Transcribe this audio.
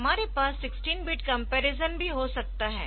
हमारे पास 16 bit comparison भी हो सकता है